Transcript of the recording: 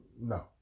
No